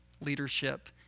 Leadership